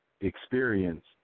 experience